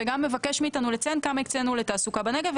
וגם מבקש מאיתנו לציין כמה הקצנו לתעסוקה בנגב,